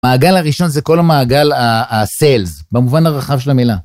מעגל הראשון זה כל המעגל הסלס במובן הרחב של המילה.